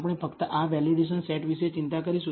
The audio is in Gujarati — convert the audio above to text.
આપણે ફક્ત આ વેલિડેશન સેટ વિશે ચિંતા કરીશું